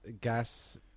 gas